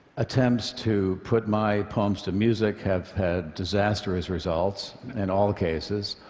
attempts to put my poems to music have had disastrous results, in all cases.